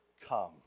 Come